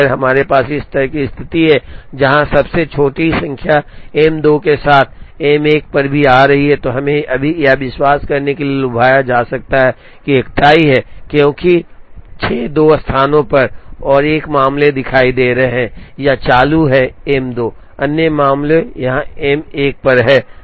हमारे पास इस तरह की स्थिति है जहां सबसे छोटी संख्या एम 2 के साथ साथ एम 1 पर भी आ रही है हमें अभी यह विश्वास करने के लिए लुभाया जा सकता है कि एक टाई है क्योंकि 6 2 स्थानों और 1 मामले में दिखाई दे रहा है यह चालू है एम 2 अन्य मामला यह एम 1 पर है